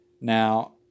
Now